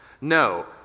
No